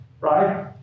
right